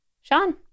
Sean